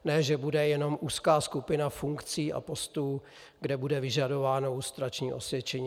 Ne že bude jenom úzká skupina funkcí a postů, kde bude vyžadováno lustrační osvědčení.